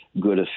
good